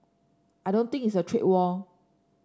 I don't think it's a trade war